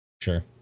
Sure